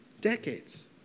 Decades